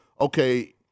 okay